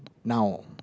now